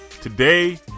Today